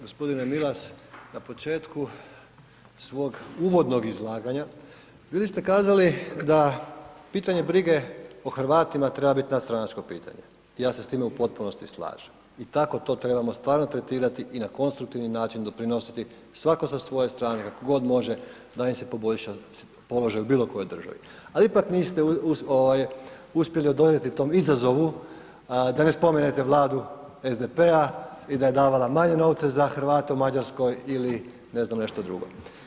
Gospodine Milas na početku svog uvodnog izlaganja bili ste kazali da pitanje brige o Hrvatima treba biti nadstranačko pitanje, ja se s time u potpunosti slažem i tako to trebamo stvarno tretirati i na konstruktivni način doprinositi svatko sa svoje strane kako god može da im se poboljša položaj u bilo kojoj državi, ali ipak niste uspjeli odoljeti tom izazovu da ne spomenete vladu SDP-a i da je davala manje novca za Hrvate u Mađarskoj ili ne znam nešto drugo.